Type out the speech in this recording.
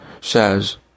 says